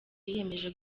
yiyemeje